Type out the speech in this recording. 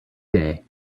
day